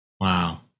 Wow